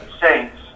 Saints